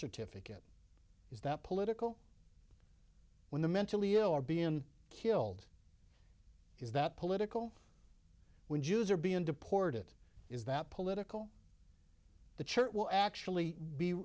certificate is that political when the mentally ill are being killed is that political when jews are being deported is that political the church will actually be